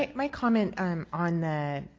my comment um on the